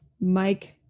Mike